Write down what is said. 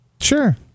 Sure